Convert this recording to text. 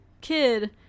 kid